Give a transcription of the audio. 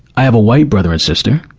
i have a white brother and sister.